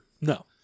No